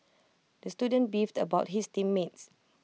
the student beefed about his team mates